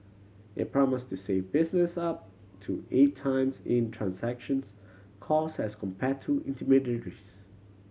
it promise to save business up to eight times in transactions cost as compare to intermediaries